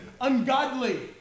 ungodly